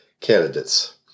candidates